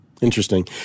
Interesting